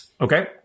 Okay